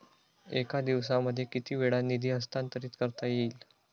एका दिवसामध्ये किती वेळा निधी हस्तांतरीत करता येईल?